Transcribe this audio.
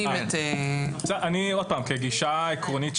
כגישה עקרונית,